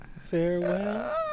farewell